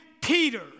Peter